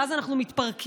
ואז אנחנו מתפרקים.